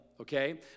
Okay